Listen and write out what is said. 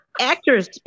actors